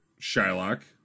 Shylock